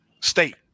state